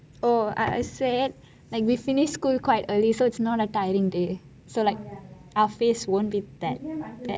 o I said like we finish school quite early so is not a tiring day so like our face wont be bad